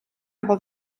його